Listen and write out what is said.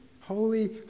holy